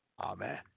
Amen